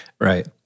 right